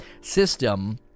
system